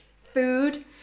food